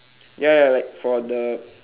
ya ya like for the